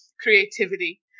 creativity